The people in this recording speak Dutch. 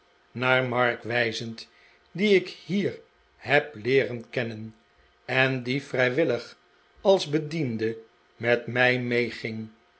haar mark wijzend dien ik hier heb leeren kennen en die vrijwillig als bediende met mij meeging